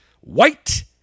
white